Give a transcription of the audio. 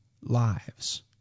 lives